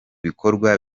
bikorwa